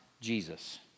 Jesus